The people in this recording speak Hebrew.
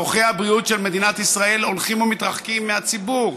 שירותי הבריאות של מדינת ישראל הולכים ומתרחקים מהציבור.